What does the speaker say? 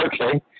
okay